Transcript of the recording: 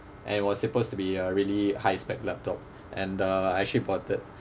and it was supposed to be a really high spec laptop and uh I actually bought it